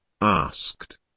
asked